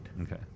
Okay